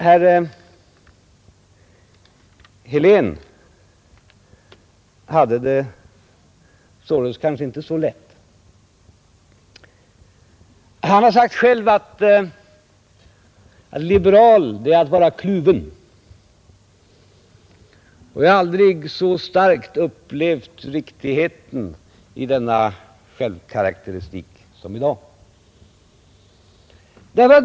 Herr Helén hade det kanske inte så lätt. Han har själv sagt: Liberal är att vara kluven. Jag har aldrig så starkt upplevt riktigheten i denna självkaraktäristik som i dag.